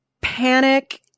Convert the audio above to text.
panic